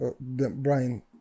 brian